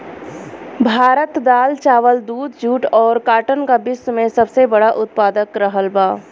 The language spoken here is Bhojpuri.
भारत दाल चावल दूध जूट और काटन का विश्व में सबसे बड़ा उतपादक रहल बा